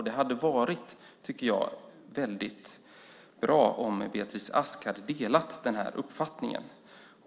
Det hade varit väldigt bra om Beatrice Ask hade delat den uppfattningen.